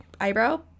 eyebrow